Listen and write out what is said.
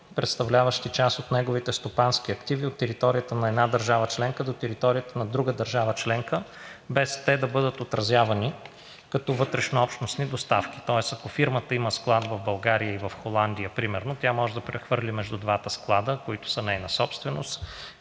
представляващи част от неговите стопански активи от територията на една държава членка до територията на друга държава членка, без те да бъдат отразявани като вътрешнообщностни доставки. Тоест, ако фирмата има склад в България и в Холандия примерно, тя може да прехвърли между двата склада, които са нейна собственост,